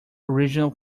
original